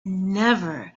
never